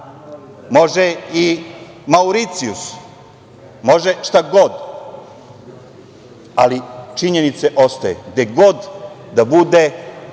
može i Mauricijus, može šta god, ali činjenice ostaju. Gde god da bude